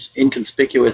inconspicuous